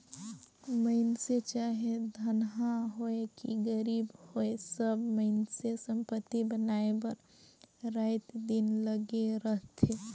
मइनसे चाहे धनहा होए कि गरीब होए सब मइनसे संपत्ति बनाए बर राएत दिन लगे रहथें